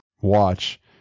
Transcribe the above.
watch